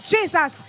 Jesus